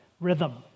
rhythm